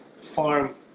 farm